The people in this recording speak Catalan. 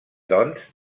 doncs